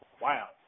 wow